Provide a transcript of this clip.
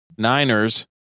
Niners